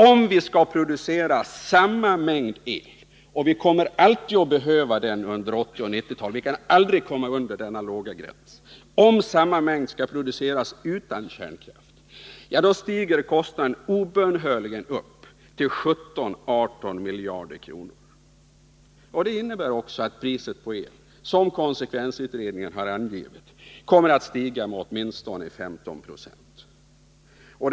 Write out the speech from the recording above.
Om vi skall producera samma mängd el utan kärnkraft — och vi kommer alltid att behöva den mängden under 1980 och 1990-talen, vi kan aldrig komma under denna låga gräns — stiger kostnaden obönhörligt upp till 17-18 miljarder kronor. Det innebär också att priset på el, som konsekvensutredningen har angivit, kommer att stiga med åtminstone 50 26.